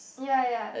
ya ya